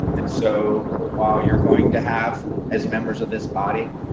and so, while you're going to have, as members of this body,